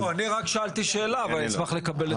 אני רק שאלתי שאלה ואני אשמח לקבל את התשובה.